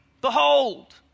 behold